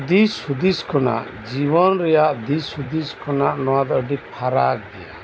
ᱫᱤᱥ ᱦᱩᱫᱤᱥ ᱠᱷᱚᱱᱟᱜ ᱡᱤᱵᱚᱱ ᱨᱮᱭᱟᱜ ᱫᱤᱥ ᱦᱩᱫᱤᱥ ᱠᱷᱚᱱᱟᱜ ᱟᱹᱰᱤ ᱯᱷᱟᱨᱟᱠ ᱜᱮᱭᱟ